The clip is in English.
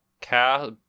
cast